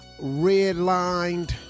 redlined